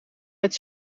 het